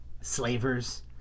slavers